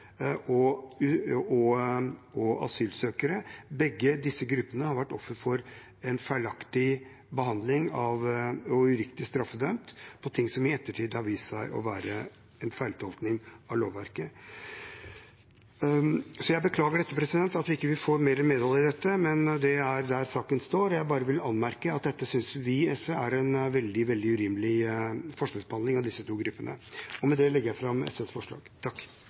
og asylsøkere. Begge disse gruppene har vært offer for en feilaktig behandling og er uriktig straffedømt for ting som i ettertid har vist seg å være en feiltolkning av lovverket. Så jeg beklager at vi ikke får mer medhold i dette, men det er der saken står. Jeg vil bare anmerke at vi i SV synes dette er en veldig urimelig forskjellsbehandling av disse to gruppene. Med det legger jeg fram SVs forslag.